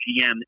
GM